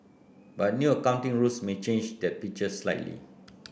but new accounting rules may change that picture slightly